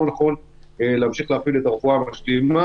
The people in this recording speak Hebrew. לא נכון להמשיך להפעיל את הרפואה המשלימה.